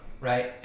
right